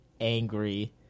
angry